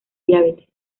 diabetes